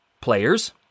players